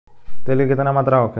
तेल के केतना मात्रा होखे?